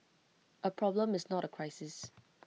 A problem is not A crisis